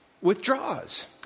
withdraws